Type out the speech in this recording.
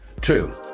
True